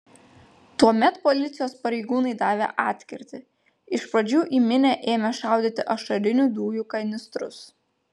tuomet policijos pareigūnai davė atkirtį iš pradžių į minią ėmė šaudyti ašarinių dujų kanistrus